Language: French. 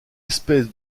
espèce